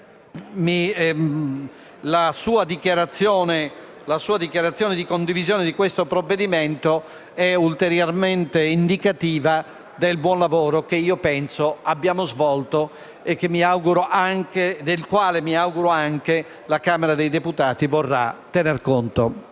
la sua dichiarazione di condivisione del provvedimento è ulteriormente indicativa del buon lavoro che abbiamo svolto e del quale mi auguro la Camera dei deputati vorrà tener conto.